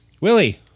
Willie